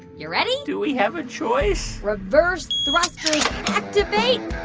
you ready? do we have a choice? reverse thrusters activate.